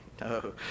No